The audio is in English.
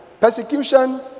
persecution